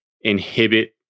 inhibit